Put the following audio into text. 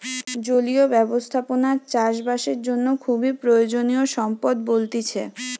জলীয় ব্যবস্থাপনা চাষ বাসের জন্য খুবই প্রয়োজনীয় সম্পদ বলতিছে